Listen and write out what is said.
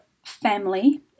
Family